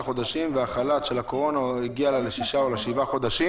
חודשים ועם החל"ת של הקורונה היא הגיעה לשישה או לשבעה חודשים.